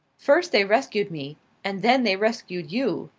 first they rescued me and then they rescued you,